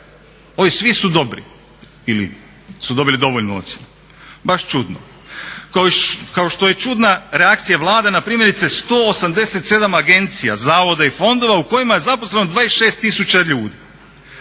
ovi svi su dobri ili su dobili dovoljnu ocjenu. Baš čudno, kao što je čudna reakcija Vlade na primjerice 187 agencija, zavoda i fondova u kojima je zaposleno 26 000 ljudi.